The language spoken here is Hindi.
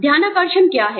ध्यानाकर्षण क्या है